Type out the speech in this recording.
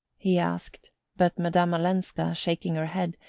he asked but madame olenska, shaking her head,